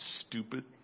stupid